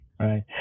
Right